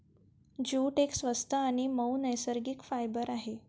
jute एक स्वस्त आणि मऊ नैसर्गिक फायबर आहे